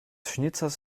schnitzers